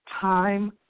time